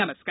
नमस्कार